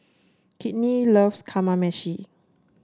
Kinte loves Kamameshi